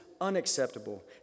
unacceptable